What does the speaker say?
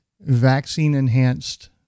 vaccine-enhanced